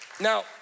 Now